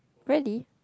really